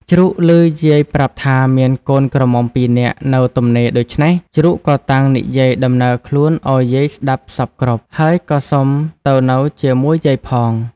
ជ្រូកឮយាយប្រាប់ថា មានកូន ក្រមុំពីរនាក់នៅទំនេរដូច្នេះ ជ្រូកក៏តាំងនិយាយដំណើរខ្លួនឱ្យយាយស្ដាប់សព្វគ្រប់ ហើយក៏សុំទៅនៅជាមួយយាយផង។